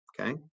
okay